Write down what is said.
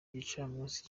gicamunsi